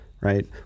right